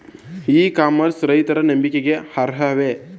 E commerce ರೈತರ ನಂಬಿಕೆಗೆ ಅರ್ಹವೇ?